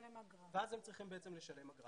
ואז הם צריכים לשלם אגרה.